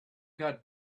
got